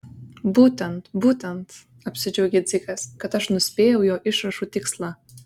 būtent būtent apsidžiaugė dzikas kad aš nuspėjau jo išrašų tikslą